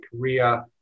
Korea